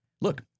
Look